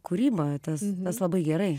kūryba tas tas labai gerai